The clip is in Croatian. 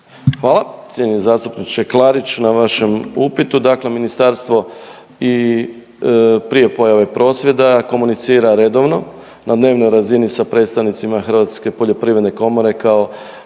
Hvala cijenjeni zastupniče Klarić na vašem upitu. Dakle ministarstvo i prije pojave prosvjeda komunicira redovno na dnevnoj razini sa predstavnicima Hrvatske poljoprivredne komore kao